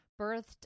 birthed